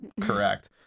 correct